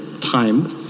time